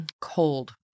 cold